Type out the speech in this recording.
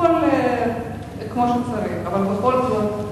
למשוך את ההיתר או לבטל את